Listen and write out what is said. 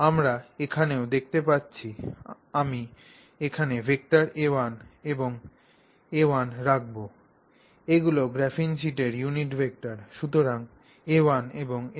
আমরা এখানেও দেখতে পাচ্ছি আমি এখানে ভেক্টর a1 এবং a1 রাখব এগুলি গ্রাফিন শীটের ইউনিট ভেক্টর সুতরাং a1 এবং a1